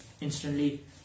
instantly